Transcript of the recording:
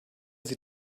sie